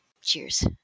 Cheers